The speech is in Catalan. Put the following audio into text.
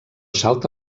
salta